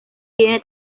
tiene